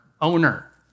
owner